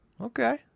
Okay